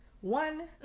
One